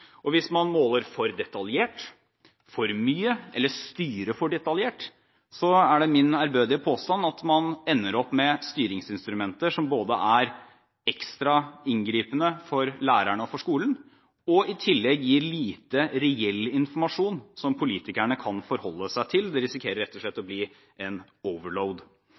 Hvis man måler for detaljert, for mye eller styrer for detaljert, er det min ærbødige påstand at man ender opp med styringsinstrumenter som både er ekstra inngripende for lærerne og for skolen, og i tillegg gir lite reell informasjon som politikerne kan forholde seg til. Det risikerer rett og slett å bli en